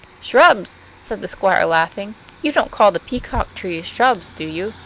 shrubs! said the squire, laughing. you don't call the peacock trees shrubs, do you?